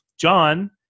John